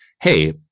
hey